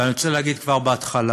ואני רוצה להגיד כבר בהתחלה: